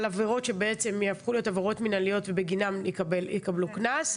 עבירות שבעצם יהפכו להיות עבירות מנהליות ובגינן יקבלו קנס.